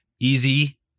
Easy